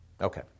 Okay